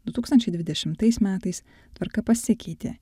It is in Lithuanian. du tūkstančiai dvidešimtais metais tvarka pasikeitė